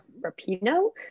Rapino